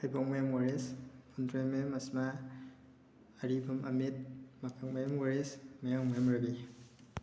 ꯍꯩꯕꯣꯡꯃꯌꯨꯝ ꯃꯣꯔꯤꯁ ꯐꯨꯟꯗ꯭ꯔꯩꯃꯌꯨꯝ ꯑꯁꯃꯥ ꯑꯔꯤꯕꯝ ꯑꯃꯤꯠ ꯃꯀꯛꯃꯌꯨꯝ ꯃꯨꯔꯤꯁ ꯃꯌꯥꯡꯃꯌꯨꯝ ꯔꯕꯤ